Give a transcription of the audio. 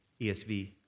ESV